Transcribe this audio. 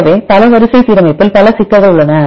எனவே பல வரிசை சீரமைப்பில் பல சிக்கல்கள் உள்ளன